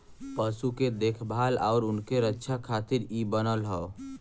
पशु के देखभाल आउर उनके रक्षा खातिर इ बनल हौ